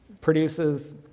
produces